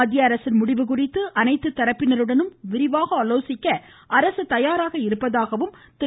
மத்திய அரசின் முடிவு குறித்து அனைத்து தரப்பினருடனும் விரிவாக ஆலோசிக்க அரசு தயாராக உள்ளதாக திரு